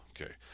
okay